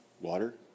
water